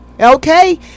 okay